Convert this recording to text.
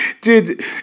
Dude